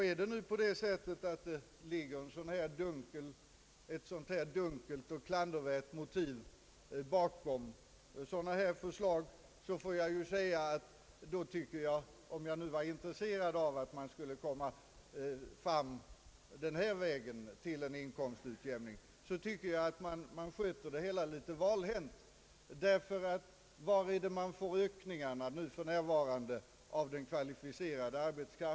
Är det så att det ligger ett dunkelt och klandervärt motiv bakom förslaget — en Önskan att den här vägen komma fram till en inkomstutjämning — då tycker jag att man sköter det hela litet valhänt, ty var är det man för närvarande får en ökning av tillgången på kvalificerad arbetskraft?